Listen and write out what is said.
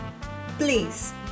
Please